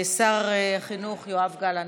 שר החינוך יואב גלנט.